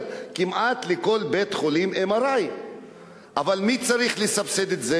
כמעט לכל בית-חולים MRI. אבל מי צריך לסבסד את זה?